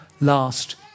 last